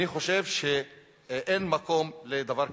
אני חושב שאין מקום לדבר כזה.